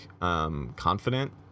confident